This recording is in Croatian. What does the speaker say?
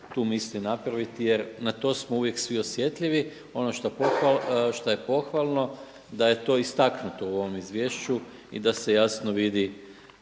tu misli napraviti jer na to smo uvijek svi osjetljivi. Ono šta je pohvalno da je to istaknuto u ovom izvješću i da se jasno vidi